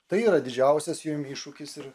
tai yra didžiausias jom iššūkis ir